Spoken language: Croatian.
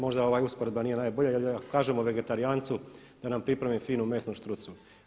Možda ova usporedba nije najbolja ili da kažemo vegetarijancu da nam pripremi finu mesnu štrucu.